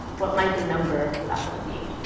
what might the number for that one be?